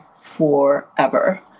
forever